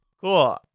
Cool